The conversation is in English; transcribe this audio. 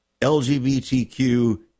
LGBTQ